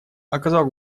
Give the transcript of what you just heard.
оказал